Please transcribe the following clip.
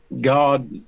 God